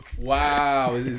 Wow